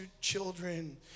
children